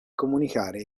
comunicare